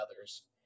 others